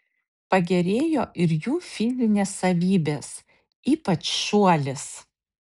pagerėjo ir jų fizinės savybės ypač šuolis